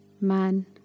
Man